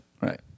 Right